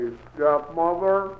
stepmother